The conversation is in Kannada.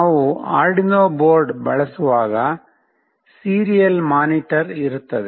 ನಾವು ಆರ್ಡಿನೋ ಬೋರ್ಡ್ ಬಳಸುವಾಗ ಸೀರಿಯಲ್ ಮಾನಿಟರ್ ಇರುತ್ತದೆ